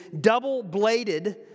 double-bladed